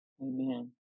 Amen